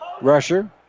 Rusher